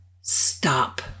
Stop